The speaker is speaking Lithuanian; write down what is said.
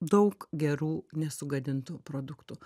daug gerų nesugadintų produktų